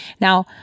Now